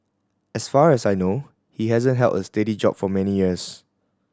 as far as I know he hasn't held a steady job for many years